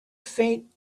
faint